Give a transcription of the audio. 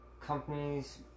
companies